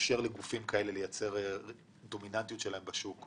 מאפשר לגופים כאלה לייצר דומיננטיות בשוק.